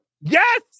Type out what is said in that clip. Yes